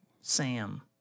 Sam